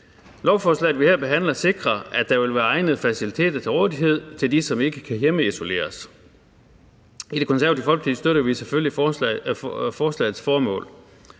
Lovforslaget, vi her behandler, sikrer, at der vil være egnede faciliteter til rådighed til dem, som ikke kan hjemmeisoleres. I Det Konservative Folkeparti støtter vi selvfølgelig forslagets formål,